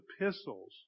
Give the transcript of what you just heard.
epistles